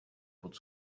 pod